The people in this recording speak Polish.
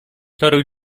toruj